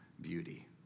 beauty